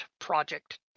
Project